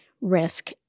risk